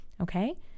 okay